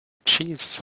cheese